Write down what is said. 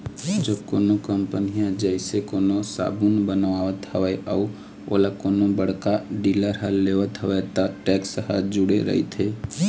जब कोनो कंपनी ह जइसे कोनो साबून बनावत हवय अउ ओला कोनो बड़का डीलर ह लेवत हवय त टेक्स ह जूड़े रहिथे